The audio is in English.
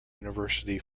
university